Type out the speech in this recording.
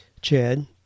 Chad